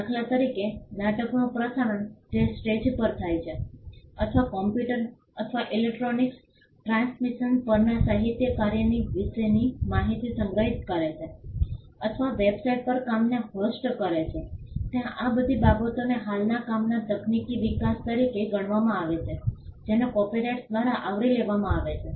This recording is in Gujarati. દાખલા તરીકે નાટકનું પ્રસારણ જે સ્ટેજ પર થાય છે અથવા કમ્પ્યુટર અથવા ઇલેક્ટ્રોનિક ટ્રાન્સમિશન પરના સાહિત્યિક કાર્ય વિશેની માહિતી સંગ્રહિત કરે છે અથવા વેબસાઇટ પર કામને હોસ્ટ કરે છે તે આ બધી બાબતોને હાલના કામના તકનીકી વિકાસ તરીકે ગણવામાં આવે છે જેને કોપિરાઇટ દ્વારા આવરી લેવામાં આવે છે